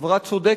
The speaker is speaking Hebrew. חברה צודקת.